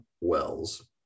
Wells